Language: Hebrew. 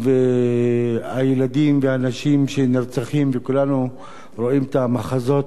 והילדים והנשים שנרצחים, כולנו רואים את המחזות